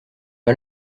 pas